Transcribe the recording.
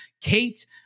Kate